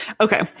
Okay